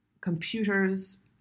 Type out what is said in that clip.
computers